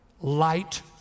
Light